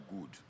good